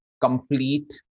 complete